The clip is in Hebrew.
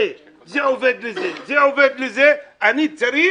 זה עובד לזה וזה עובד לזה, אני צריך